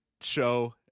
show